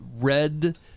red